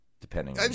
depending